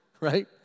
right